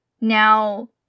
Now